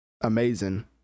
amazing